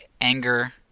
anger